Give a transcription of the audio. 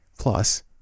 Plus